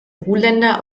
ruländer